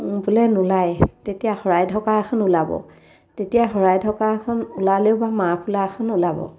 বোলে নোলায় তেতিয়া শৰাই ঢকা এখন ওলাব তেতিয়া শৰাই ঢকা এখন ওলালেও বা মাফলাৰ এখন ওলাব